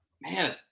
Man